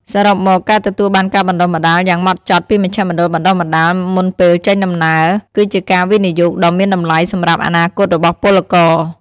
សរុបមក ការទទួលបានការបណ្តុះបណ្តាលយ៉ាងហ្មត់ចត់ពីមជ្ឈមណ្ឌលបណ្តុះបណ្តាលមុនពេលចេញដំណើរ គឺជាការវិនិយោគដ៏មានតម្លៃសម្រាប់អនាគតរបស់ពលករ។